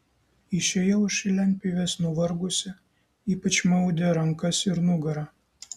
išėjau iš lentpjūvės nuvargusi ypač maudė rankas ir nugarą